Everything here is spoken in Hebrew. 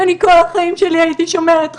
אני כל החיים שלי הייתי שומרת חוק.